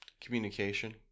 Communication